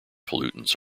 pollutants